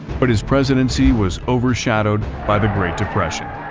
but his presidency was overshadowed by the great depression.